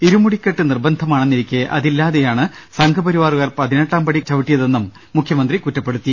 ഇരുമുടിക്കെട്ട് നിർബന്ധമാണെന്നിരിക്കെ അതി ല്ലാതെയാണ് സംഘ്പരിവാറുകാർ പതിനെട്ടാം പടി ചവിട്ടിയതെന്നും മുഖ്യമന്ത്രി കുറ്റപ്പെടുത്തി